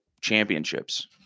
championships